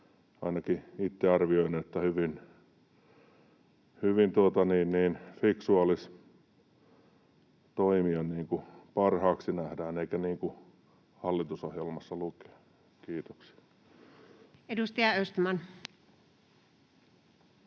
Ainakin itse arvioin, että hyvin fiksua olisi toimia niin kuin parhaaksi nähdään, eikä niin kuin hallitusohjelmassa lukee. — Kiitoksia. [Speech 175]